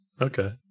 Okay